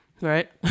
right